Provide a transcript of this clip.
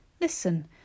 Listen